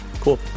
cool